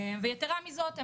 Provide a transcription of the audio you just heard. ויתרה מזאת,